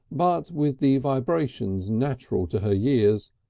but with the vibrations natural to her years,